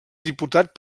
diputat